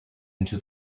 into